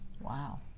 Wow